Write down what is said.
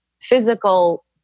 physical